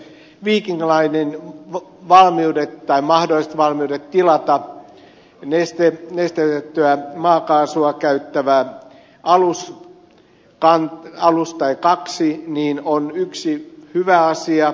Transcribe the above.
viking linen valmiudet tai mahdolliset valmiudet tilata nesteytettyä maakaasua käyttävä alus tai kaksi ovat yksi hyvä asia